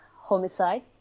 homicide